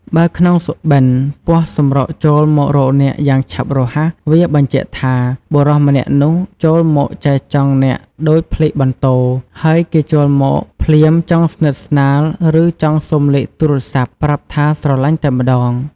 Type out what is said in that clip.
បើក្នុងសុបិន្ត ពស់សម្រុកចូលមករកអ្នកយ៉ាងឆាប់រហ័ស វាបញ្ជាក់ថា បុរសម្នាក់នោះចូលមកចែចង់អ្នកដូចផ្លេកបន្ទោរ ហើយគេចូលមក ភ្លាមចង់ស្និទ្ធស្នាល ឬ ចង់សុំលេខទូរស័ព្ទប្រាប់ថាស្រលាញ់តែម្តង។